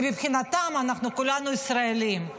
כי מבחינתם אנחנו כולנו ישראלים.